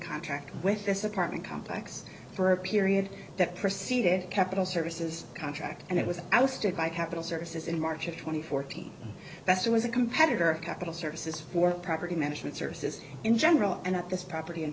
contract with this apartment complex for a period that preceded capital services contract and it was ousted by capital services in march of twenty fourteen that's was a competitor capital services for property management services in general and at this property in